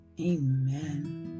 Amen